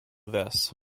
this